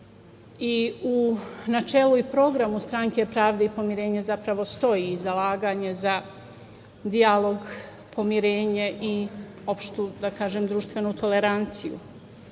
i u načelu i programu stranke Pravde i pomirenja stoji zalaganje za dijalog, pomirenje i opštu društvenu toleranciju.